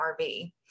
RV